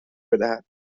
بدهد